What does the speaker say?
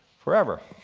forever.